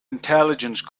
intelligence